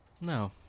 No